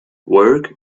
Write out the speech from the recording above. work